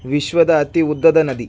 ವಿಶ್ವದ ಅತಿ ಉದ್ದದ ನದಿ